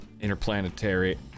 interplanetary